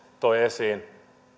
toi esiin